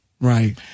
Right